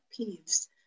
peeves